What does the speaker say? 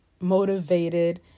motivated